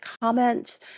comment